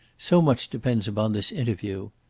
so much depends upon this interview.